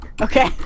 Okay